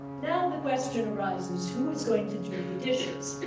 now the question arises, who is going to do the dishes,